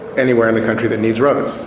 anywhere in the country that needs roads.